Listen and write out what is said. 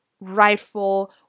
rightful